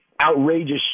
outrageous